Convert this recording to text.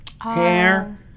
hair